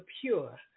pure